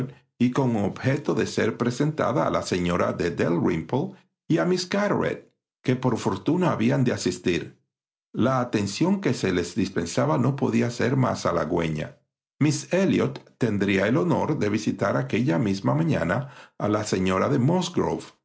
y con objeto de ser presentada a la señora de dalrymple y a miss carteret que por fortuna habían de asistir la atención que se les dispensaba no podía ser más halagüeña miss elliot tendría el honor de visitar aquella misma mañana a la señora de